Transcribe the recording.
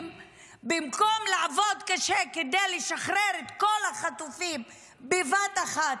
במקום לעבוד קשה כדי לשחרר את כל החטופים בבת אחת,